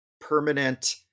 permanent